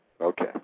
Okay